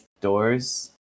doors